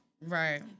Right